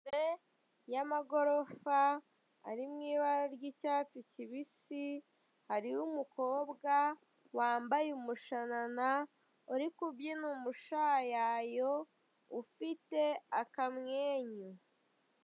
Imbere y'amagorofa ari mu ibara ry'icyatsi kibisi, hariho umukobwa wambaye umushanana, uri kubyina umushayuko, ufite akamwenyu.